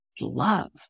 love